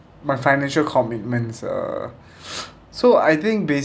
my financial commitments uh so I think ba~